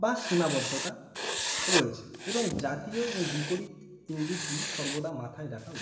বা সীমাবদ্ধতা রয়েছে এবং জাতীয় এবং বিপরীত ইঙ্গিতগুলি সর্বদা মাথায় রাখা উচিত